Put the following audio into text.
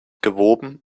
gewoben